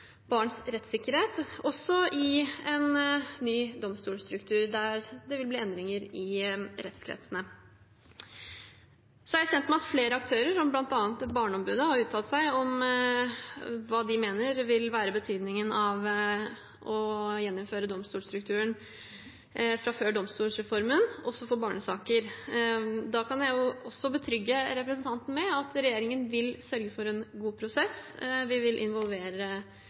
barns rettssikkerhet også i en ny domstolstruktur, der det vil bli endringer i rettskretsene. Så er jeg kjent med at flere aktører, bl.a. Barneombudet, har uttalt seg om hva de mener vil være betydningen av å gjeninnføre domstolstrukturen fra før domstolsreformen, også for barnesaker. Da kan jeg også betrygge representanten med at regjeringen vil sørge for en god prosess. Vi vil involvere